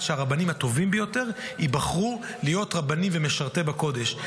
שהרבנים הטובים ביותר ייבחרו להיות רבנים ומשרתים בקודש,